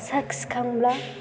साखिखांब्ला